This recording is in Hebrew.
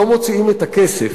לא מוציאים את הכסף.